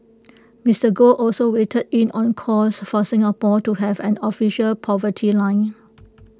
Mister Goh also weighed in on calls for Singapore to have an official poverty line